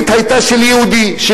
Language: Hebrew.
אחרות,